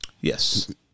Yes